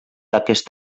aquest